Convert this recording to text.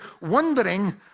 wondering